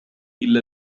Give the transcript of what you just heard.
إلا